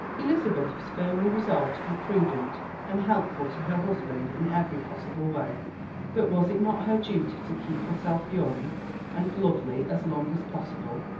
elizabeth was firmly resolved to be prudent and helpful to her husband in every possible way but was it not her duty to keep herself young and lovely as long as possible?